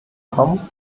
kommen